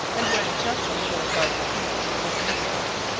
and when just a little above the heat of new milk,